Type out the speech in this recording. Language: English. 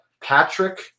patrick